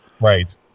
Right